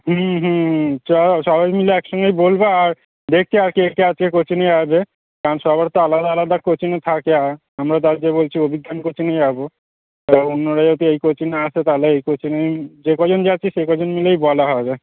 হুম হুম চ সবাই মিলে এক সঙ্গেই বলব আর দেখছি আর কে কে আজকে কোচিংয়ে যাবে কারণ সবার তো আলাদা আলাদা কোচিং থাকে আর আমরা তো আজকে বলছি অভিজ্ঞান কোচিংয়ে যাবো তা অন্যরা যদি এই কোচিংয়ে আসে তাহলে এই কোচিংয়েই যে কজন যাচ্ছি সে কজন মিলেই বলা হবে